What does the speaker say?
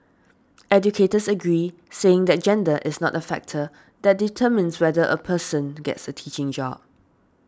educators agreed saying that gender is not a factor that determines whether a person gets a teaching job